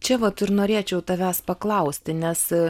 čia vat ir norėčiau tavęs paklausti nes